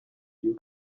you